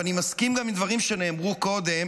ואני מסכים גם עם דברים שנאמרו קודם,